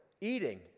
eating